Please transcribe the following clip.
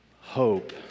hope